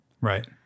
Right